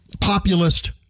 populist